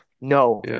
no